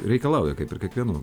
reikalauja kaip ir kiekvienu